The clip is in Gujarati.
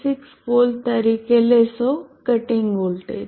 6 વોલ્ટ તરીકે લેશો કટીંગ વોલ્ટેજ